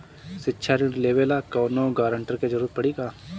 शिक्षा ऋण लेवेला कौनों गारंटर के जरुरत पड़ी का?